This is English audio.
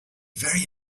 very